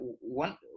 one